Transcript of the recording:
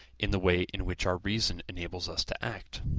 in the way in which our reason enables us to act.